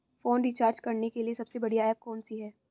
Phone recharge करने के लिए सबसे बढ़िया ऐप कौन सी है?